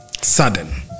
Sudden